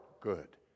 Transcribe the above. good